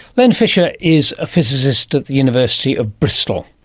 len fisher is a physicist at the university of bristol.